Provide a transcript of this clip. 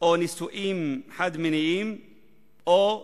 אנחנו נוסיף לרשימה לדקה את מי שבא וביקש לרדת ממנה וחזר בו.